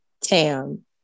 Tam